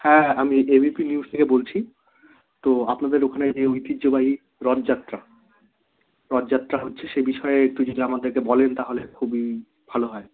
হ্যাঁ আমি A B P News থেকে বলছি তো আপনাদের ওখানে যে ঐতিহ্যবাহী রথযাত্রা রথযাত্রা হচ্ছে সে বিষয়ে একটু যদি আমাদেরকে বলেন তাহলে খুবই ভালো হয়